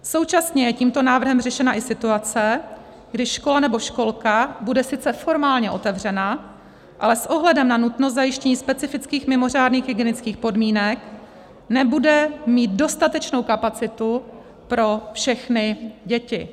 Současně je tímto návrhem řešena i situace, kdy škola nebo školka bude sice formálně otevřena, ale s ohledem na nutnost zajištění specifických mimořádných hygienických podmínek nebude mít dostatečnou kapacitu pro všechny děti.